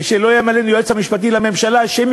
ושלא יאיים עלינו היועץ המשפטי לממשלה שאם